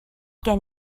gen